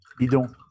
Bidon